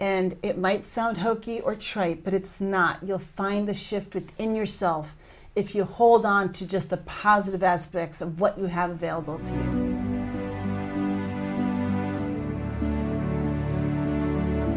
and it might sound hokey or trait but it's not you'll find the shift within yourself if you hold on to just the positive aspects of what you have available